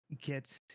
get